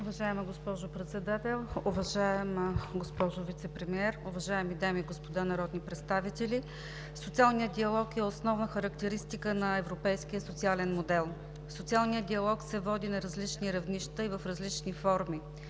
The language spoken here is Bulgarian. Уважаема госпожо Председател, уважаема госпожо Вицепремиер, уважаеми дами и господа народни представители! Социалният диалог е основна характеристика на европейския социален модел. Социалният диалог се води на различни равнища и в различни форми,